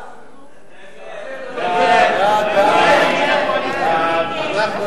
הצעת הסיכום שהביא חבר הכנסת אריה ביבי לא